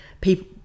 people